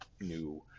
new